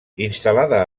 instal·lada